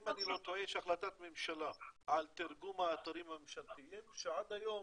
אם אני לא טועה יש החלטת ממשלה על תרגום האתרים הממשלתיים שעד היום